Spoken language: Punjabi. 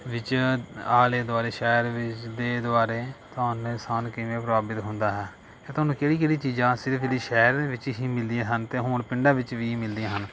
ਵਿੱਚ ਆਲੇ ਦੁਆਲੇ ਸ਼ਹਿਰ ਵੀ ਦੇ ਦੁਆਲੇ ਤੁਹਾਨੂੰ ਸਮਾਨ ਕਿਵੇਂ ਪ੍ਰਾਪਤ ਹੁੰਦਾ ਹੈ ਅਤੇ ਤੁਹਾਨੂੰ ਕਿਹੜੀ ਕਿਹੜੀ ਚੀਜ਼ਾਂ ਸਿਰਫ ਇਦੀ ਸ਼ਹਿਰ ਦੇ ਵਿੱਚ ਹੀ ਮਿਲਦੀਆਂ ਹਨ ਅਤੇ ਹੁਣ ਪਿੰਡਾਂ ਵਿੱਚ ਵੀ ਮਿਲਦੀਆਂ ਹਨ